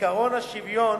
עקרון השוויון